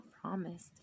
promised